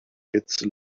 its